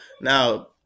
Now-